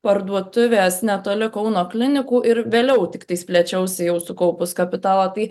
parduotuvės netoli kauno klinikų ir vėliau tiktais plėčiausi jau sukaupus kapitalą tai